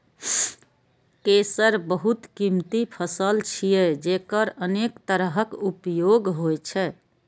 केसर बहुत कीमती फसल छियै, जेकर अनेक तरहक उपयोग होइ छै